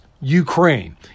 Ukraine